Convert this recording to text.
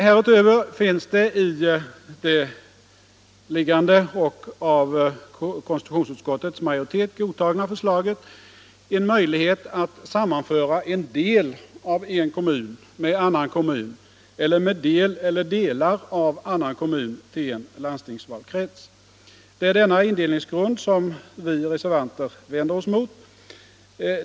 Härutöver finns det i det föreliggande, av konstitutionsutskottets majoritet godtagna förslaget en möjlighet att sammanföra en del av en kommun med annan kommun eller med del eller delar av annan kommun till en landstingsvalkrets. Det är denna indelningsgrund vi reservanter vänder oss mot.